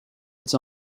its